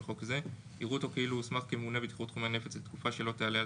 חוק זה יראו אותו כאילו הוסמך כממונה בטיחות חומרי נפץ לתקופה שלא תעלה על